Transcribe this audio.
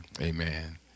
Amen